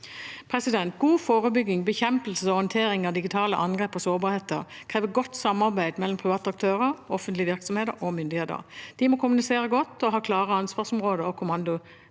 God forebygging, bekjempelse og håndtering av digitale angrep og sårbarheter krever godt samarbeid mellom private aktører, offentlige virksomheter og myndigheter. De må kommunisere godt og ha klare ansvarsområder og